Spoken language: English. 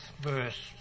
verse